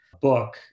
book